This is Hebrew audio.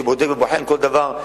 שבודק ובוחן כל דבר.